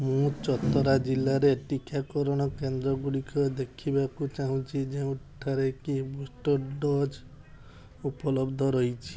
ମୁଁ ଚତରା ଜିଲ୍ଲାରେ ଟିକାକରଣ କେନ୍ଦ୍ରଗୁଡ଼ିକ ଦେଖିବାକୁ ଚାହୁଁଛି ଯେଉଁଠାରେକି ବୁଷ୍ଟର୍ ଡ଼ୋଜ୍ ଉପଲବ୍ଧ ରହିଛି